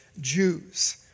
Jews